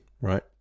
right